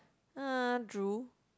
uh drool